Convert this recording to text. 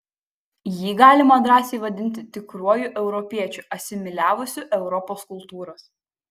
jį galima drąsiai vadinti tikruoju europiečiu asimiliavusiu europos kultūras